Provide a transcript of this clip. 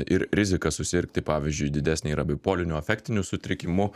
ir rizika susirgti pavyzdžiui didesnė yra bipoliniu afektiniu sutrikimu